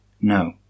No